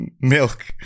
milk